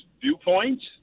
viewpoints